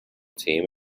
team